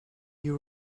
you